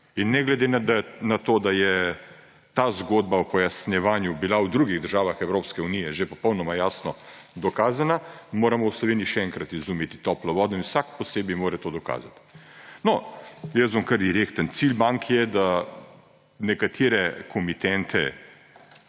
In ne glede na to, da je ta zgodba o pojasnjevanju bila v drugih državah Evropske unije že popolnoma jasno dokazana, moramo v Sloveniji še enkrat izumiti toplo vodo in vsak posebej mora to dokazati. No, jaz bom kar direkten. Cilj bank je, da nekatere komitente